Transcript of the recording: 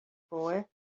boy